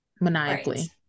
maniacally